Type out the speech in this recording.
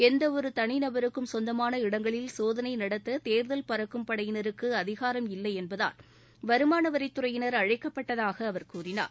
எந்த ஒரு தனி நபருக்கும் சொந்தமான இடங்களில் சோதனை நடத்த தேர்தல் பறக்கும் படையினருக்கு அதிகாரம் இல்லை என்பதால் வருமானவரித்துறையினர் அழைக்கப்பட்டதாக அவர் கூறினார்